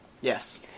Yes